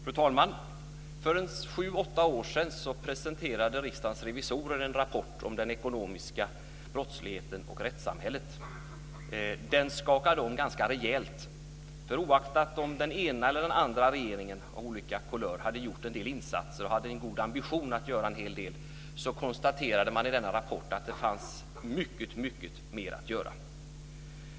Fru talman! För en sju åtta år sedan presenterade Riksdagens revisorer en rapport om den ekonomiska brottsligheten och rättssamhället. Den skakade om ganska rejält. Oaktat om den ena eller andra regeringen av olika kulör hade gjort en del insatser och hade en god ambition att göra en hel del konstaterade man i denna rapport att det fanns mycket mer att göra.